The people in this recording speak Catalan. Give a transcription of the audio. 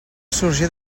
sorgir